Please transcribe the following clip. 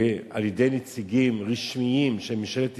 על-ידי נציגים רשמיים של ממשלת ישראל,